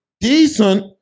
Decent